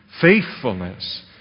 Faithfulness